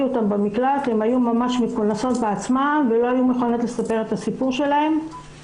אותן במקלט הן היו מכונסות בעצמן ולא היו מוכנות לספר את הסיפור שלהן.